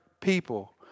people